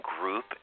group